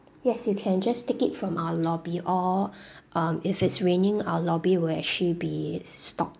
yes you can just take it from our lobby or um if it's raining our lobby will actually be stocked